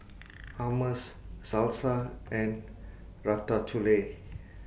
Hummus Salsa and Ratatouille